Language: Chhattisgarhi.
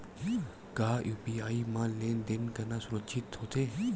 का यू.पी.आई म लेन देन करना सुरक्षित होथे?